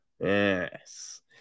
Yes